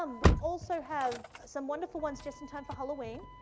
um we also have some wonderful ones just in time for halloween.